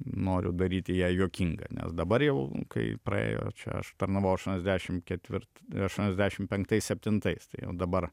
noriu daryti ją juokingą nes dabar jau kai praėjo čia aš tarnavau aštuoniasdešimt ketvirt aštuoniasdešimt penktais septintais tai jau dabar